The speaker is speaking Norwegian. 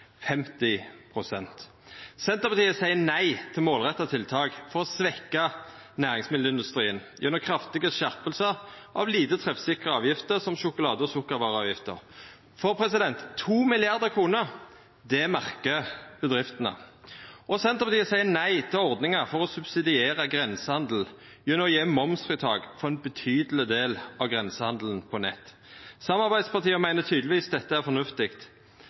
pst. Senterpartiet seier nei til målretta tiltak for å svekkja næringsmiddelindustrien gjennom kraftige skjerpingar av lite treffsikre avgifter som sjokolade- og sukkervareavgifta – for 2 mrd. kr merkar bedriftene. Senterpartiet seier nei til ordningar for å subsidiera grensehandel gjennom å gje momsfritak for ein betydeleg del av grensehandelen på nett. Samarbeidspartia meiner tydelegvis at dette er fornuftig.